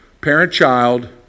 parent-child